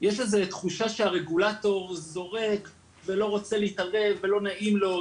יש איזה תחושה שהרגולטור "זורק" ולא רוצה להתערב ולא נעים לו,